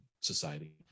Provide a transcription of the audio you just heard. society